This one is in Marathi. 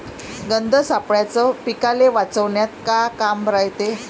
गंध सापळ्याचं पीकाले वाचवन्यात का काम रायते?